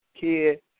kid